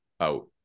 out